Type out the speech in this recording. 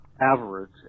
Average